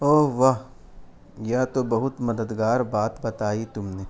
او واہ یا تو بہت مددگار بات بتائی تم نے